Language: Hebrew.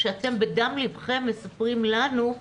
שאתם בדם לבכם מספרים לנו,